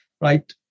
right